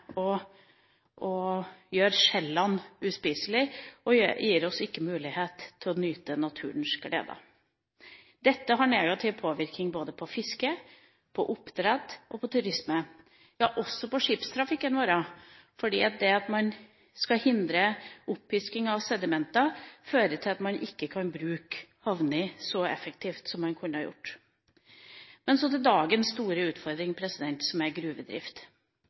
å gjøre skjell uspiselig, gir oss ikke mulighet til å nyte naturens gleder. Dette har negativ påvirkning på både fiske, oppdrett og turisme – ja, også på skipstrafikken vår, for det at man skal hindre oppisking av sedimenter, fører til at man ikke kan bruke havnene så effektivt som man kunne gjort. Så til dagens store utfordring, som er gruvedrift.